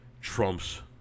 Trump's